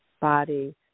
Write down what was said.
body